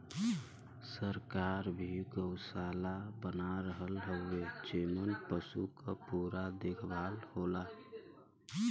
सरकार भी गौसाला बना रहल हउवे जेमन पसु क पूरा देखभाल होला